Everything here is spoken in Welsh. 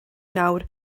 nawr